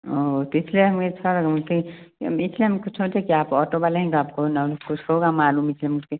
और तो इसलिए हम इधर इसलिए हमको सोचे कि आप ऑटो वाले हैं तो आपको नॉ ना कुछ होगा मालूम कि हम